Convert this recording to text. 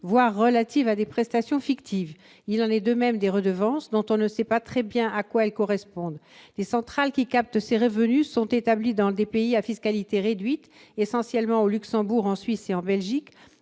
voire relatives à des prestations fictives. Il en est de même des redevances, dont on ne sait pas très bien à quoi elles correspondent. Les centrales captant ces revenus sont établies dans des pays à fiscalité réduite- essentiellement au Luxembourg, en Suisse et en Belgique